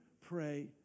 pray